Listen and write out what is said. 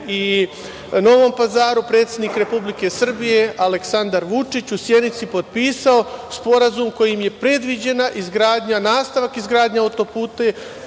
i Novom Pazaru, predsednik Republike Srbije, Aleksandar Vučić u Sjenici potpisao Sporazum kojim je predviđena izgradnja, nastavak izgradnje autoputa